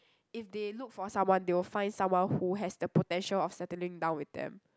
if they look for someone they will find someone who has the potential of settling down with them